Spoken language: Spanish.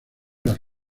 las